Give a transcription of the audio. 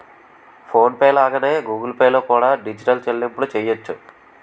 phone pay లాగానే Google Pay లో కూడా డిజిటల్ చెల్లింపులు చెయ్యొచ్చు